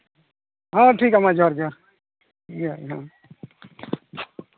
ᱦᱮᱸ ᱴᱷᱤᱠᱟ ᱡᱚᱦᱟᱨ ᱡᱚᱦᱟᱨ ᱴᱷᱤᱠ ᱜᱮᱭᱟ ᱢᱟ